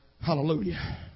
Hallelujah